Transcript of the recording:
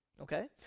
Okay